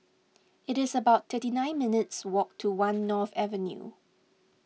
it is about thirty nine minutes' walk to one North Avenue